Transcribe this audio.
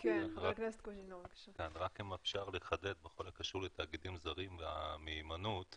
אם אפשר לחדד בכל הקשור לתאגידים זרים והמהימנות.